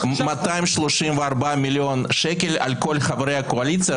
234 מיליון שקל על כל חברי הקואליציה,